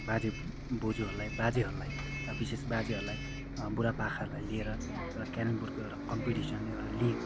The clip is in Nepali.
बाजे बोजूहरूलाई बाजेहरूलाई विशेष बाजेहरूलाई बुढापाकाहरूलाई लिएर एउटा केरमबोर्डको एउडा कम्पिटिसन एउटा लिग